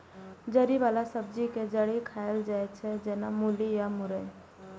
जड़ि बला सब्जी के जड़ि खाएल जाइ छै, जेना मूली या मुरइ